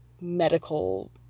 medical